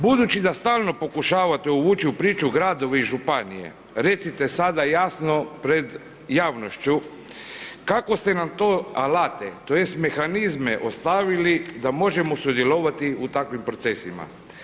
Budući da stalno pokušavate uvući u priču gradove i županije, recite sada jasno pred javnošću, kakve ste nam to alate tj. mehanizme ostavili da možemo sudjelovati u takvim procesima.